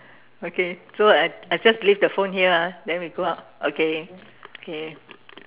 okay so I I just leave the phone here ah then we go out okay okay